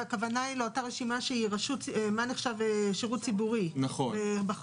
הכוונה היא לאותה רשימה שהיא רשות מה נחשב שרות ציבורי בחוק,